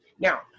now,